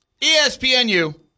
ESPNU